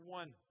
one